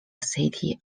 city